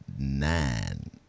nine